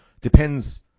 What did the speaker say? depends